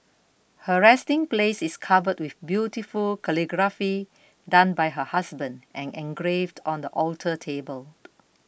her resting place is covered with beautiful calligraphy done by her husband and engraved on the alter table